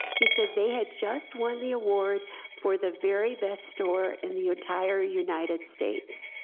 he said they had just won the award for the very best store in the entire united states,